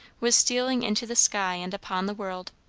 was stealing into the sky and upon the world.